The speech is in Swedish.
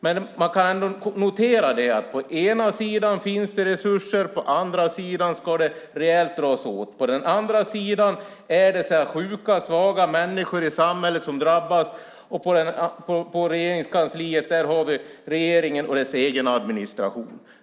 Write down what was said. Man kan ändå notera att på den ena sidan finns det resurser, och på den andra sidan ska det dras åt rejält. På den andra sidan är det sjuka, svaga människor i samhället som drabbas, och på Regeringskansliet har vi regeringen och dess egen administration.